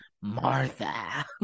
Martha